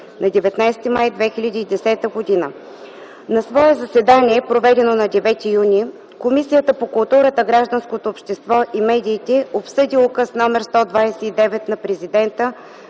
на 19 май 2010 г. На свое заседание, проведено на 9 юни 2010 г., Комисията по културата, гражданското общество и медиите обсъди Указ № 129 на Президента